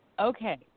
Okay